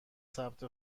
ثبت